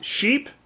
sheep